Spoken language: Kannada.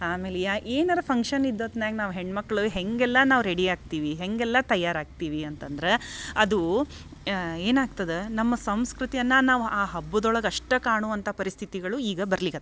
ಆಮೇಲೆ ಯಾ ಏನರ ಫಂಕ್ಷನ್ ಇದು ಹೊತ್ನ್ಯಾಗ ನಾವು ಹೆಣ್ಮಕ್ಳು ಹೇಗೆಲ್ಲ ನಾವು ರೆಡಿ ಆಗ್ತಿವಿ ಹೇಗೆಲ್ಲ ತಯಾರಾಗ್ತೀವಿ ಅಂತಂದ್ರ ಅದೂ ಏನಾಗ್ತದ ನಮ್ಮ ಸಂಸ್ಕೃತಿಯನ್ನ ನಾವು ಆ ಹಬ್ಬದೊಳಗಷ್ಟ ಕಾಣುವಂಥಾ ಪರಿಸ್ಥಿತಿಗಳು ಈಗ ಬರ್ಲಿಕತ್ತವು